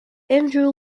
andrew